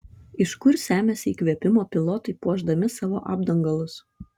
iš kur semiasi įkvėpimo pilotai puošdami savo apdangalus